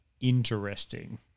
interesting